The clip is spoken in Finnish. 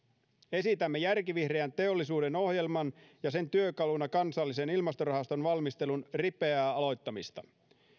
esitämme järkivihreän teollisuuden ohjelman ja sen työkaluna kansallisen ilmastorahaston valmistelun ripeää aloittamista